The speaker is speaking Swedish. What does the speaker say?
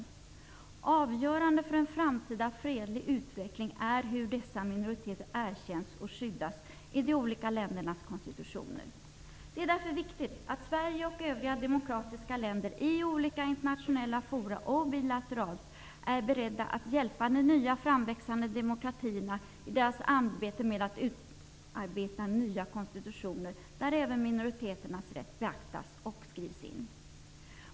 Det är avgörande för en framtida fredlig utveckling hur dessa minoriteter erkänns och skyddas i de olika ländernas konstitutioner. Därför är det viktigt att Sverige och övriga demokratiska länder, i olika internationella forum och bilateralt, är beredda att hjälpa de nya framväxande demokratierna i deras arbete med att utarbeta nya konstitutioner där även minoriteternas rätt beaktas och skrivs in.